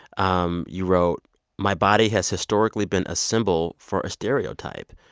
um you wrote my body has historically been a symbol for a stereotype.